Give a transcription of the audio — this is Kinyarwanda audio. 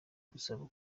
gusaba